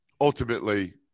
ultimately